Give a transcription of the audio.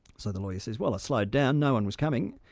so the lawyer says, well i slowed down, no-one was coming.